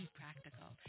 practical